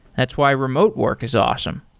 that's why remote work is awesome.